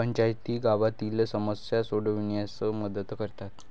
पंचायती गावातील समस्या सोडविण्यास मदत करतात